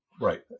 Right